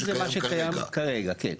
מה שקיים כרגע, כן.